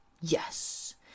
yes